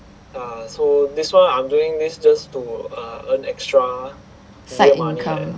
side income